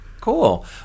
cool